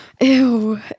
Ew